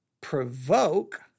provoke